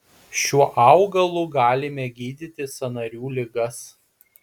šiuo augalu galime gydyti sąnarių ligas